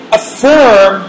affirm